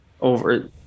over